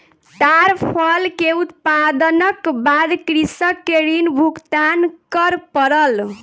ताड़ फल के उत्पादनक बाद कृषक के ऋण भुगतान कर पड़ल